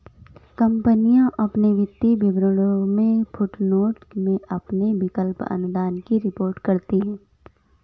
कंपनियां अपने वित्तीय विवरणों में फुटनोट में अपने विकल्प अनुदान की रिपोर्ट करती हैं